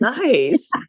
Nice